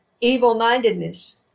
evil-mindedness